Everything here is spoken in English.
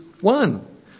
one